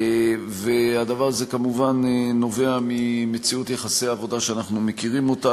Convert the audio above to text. והדבר הזה כמובן נובע ממציאות יחסי עבודה שאנחנו מכירים אותה,